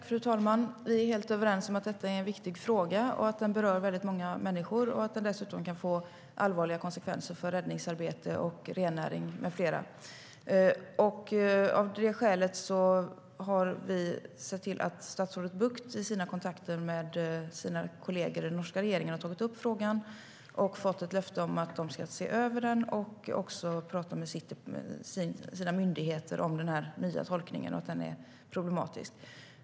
Fru talman! Vi är helt överens om att detta är en viktig fråga och att den berör många människor och dessutom kan få allvarliga konsekvenser för räddningsarbete, rennäring och annat. Av det skälet har vi sett till att statsrådet Bucht i sina kontakter med kollegerna i den norska regeringen har tagit upp frågan och fått löfte om att de ska se över den och även prata med sina myndigheter om den nya tolkningen, att den är problematisk.